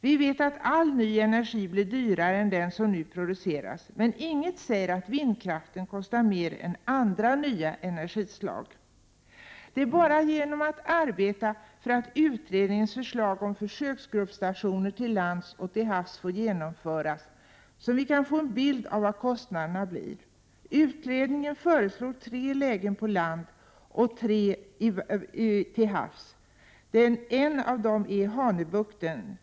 Vi vet att all ny energi blir dyrare än den som nu produceras, men inget säger att vindkraften kostar mer än andra nya energislag. Det är bara genom att arbeta för att utredningens förslag om försöksgruppstationer till lands och till havs får genomföras som vi kan få en bild av vad kostnaderna blir. Utredningen föreslår tre lägen på land och tre till havs. Ett av dem är Hanöbukten.